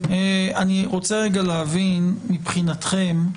אני רוצה רגע להבין, מבחינתכם,